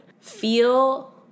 Feel